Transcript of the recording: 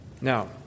now